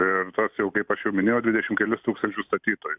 ir tuos jau kaip aš jau minėjau dvidešimt kelis tūkstančius statytojų